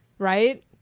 right